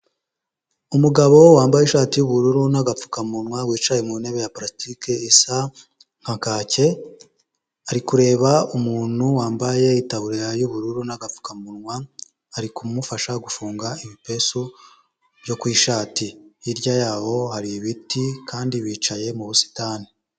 Umugabo wambaye ishati y'ubuubururu n'agapfukamunwa wicaye mu ntebe ya palastiki isa nka kake, ari kureba umuntu wambaye itaburiya y'ubururu n'agapfukamunwa ari kumufasha gufunga ibipesu byo ku ishati hirya yaho hari ibiti kandi bicaye mu busitani.